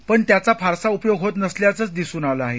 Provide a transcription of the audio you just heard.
पण त्याचा फारसा उपयोग होत नसल्याच दिसून आल आहे